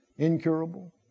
Incurable